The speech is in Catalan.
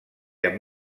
amb